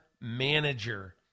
manager